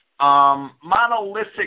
Monolithic